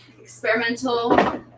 experimental